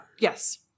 Yes